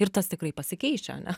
ir tas tikrai pasikeičia ane